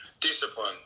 discipline